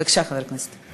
בבקשה, חבר הכנסת.